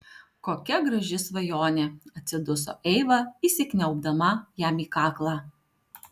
kokia graži svajonė atsiduso eiva įsikniaubdama jam į kaklą